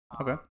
Okay